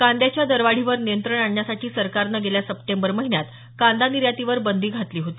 कांद्याच्या दरवाढीवर नियंत्रण आणण्यासाठी सरकारनं गेल्या सप्टेंबर महिन्यात कांदा निर्यातीवर बंदी घातली होती